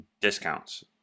discounts